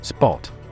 Spot